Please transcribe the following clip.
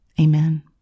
Amen